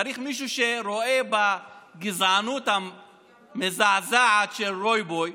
צריך מישהו שרואה בגזענות המזעזעת של רוי בוי